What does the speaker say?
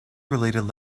related